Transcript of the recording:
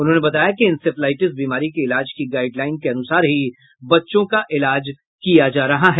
उन्होंने बताया कि इंसेफ्लाईटिस बीमारी के इलाज की गाईड लाईन के अनुसार ही बच्चों का इलाज किया जा रहा है